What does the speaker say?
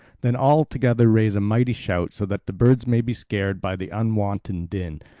then all together raise a mighty shout so that the birds may be scared by the unwonted din,